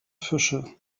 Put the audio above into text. fische